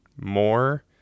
more